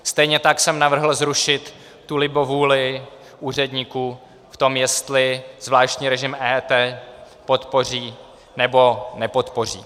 Stejně tak jsem navrhl zrušit tu libovůli úředníků v tom, jestli zvláštní režim EET podpoří, nebo nepodpoří.